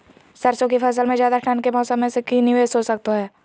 सरसों की फसल में ज्यादा ठंड के मौसम से की निवेस हो सको हय?